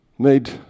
made